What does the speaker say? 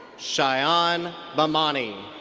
shayan bahmani.